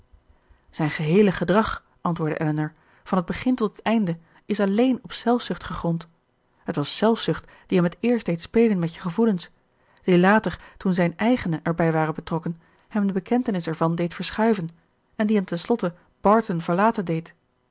zijn geheele gedrag antwoordde elinor van t begin tot het einde is alleen op zelfzucht gegrond het was zelfzucht die hem het eerst deed spelen met je gevoelens die later toen zijne eigene erbij waren betrokken hem de bekentenis ervan deed verschuiven en die hem ten slotte barton verlaten deed